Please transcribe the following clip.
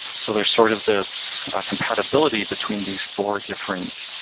so there's sort of this, a compatibility between these four different